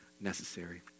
necessary